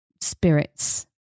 spirits